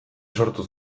sortu